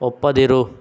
ಒಪ್ಪದಿರು